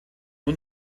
nur